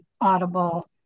Audible